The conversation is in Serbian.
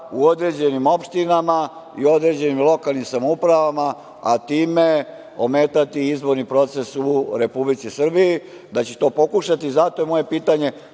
u određenim opštinama, u određenim lokalnim samoupravama, a time ometati izborni proces u Republici Srbiji, da će to pokušati. Zato je moje pitanje